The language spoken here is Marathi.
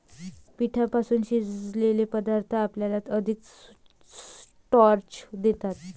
पिठापासून शिजवलेले पदार्थ आपल्याला अधिक स्टार्च देतात